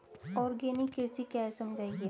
Organic कृषि क्या है समझाइए?